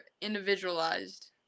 individualized